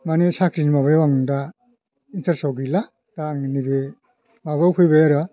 मानि साख्रिनि माबायाव आं दा इन्टार्सआव गैला दा आं नैबे माबायाव फैबाय आरो